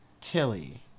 Tilly